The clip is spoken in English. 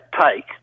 take